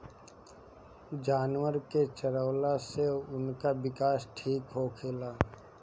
जानवर के चरवला से उनकर विकास ठीक होखेला